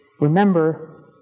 Remember